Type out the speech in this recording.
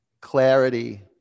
Clarity